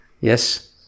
Yes